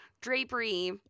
drapery